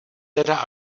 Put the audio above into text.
teda